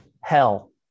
hell